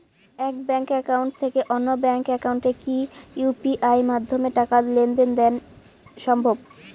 এক bank account থেকে অন্য ব্যাংক একাউন্টে কি ইউ.পি.আই মাধ্যমে টাকার লেনদেন দেন সম্ভব?